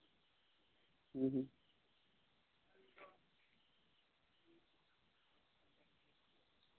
ᱦᱩᱸ ᱦᱩᱸ